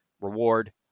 Reward